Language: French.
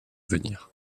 venir